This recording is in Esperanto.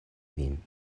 vin